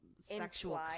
sexual